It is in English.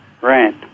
right